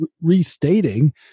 restating